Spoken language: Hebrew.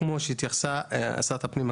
סליחה.